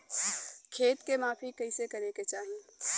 खेत के माफ़ी कईसे करें के चाही?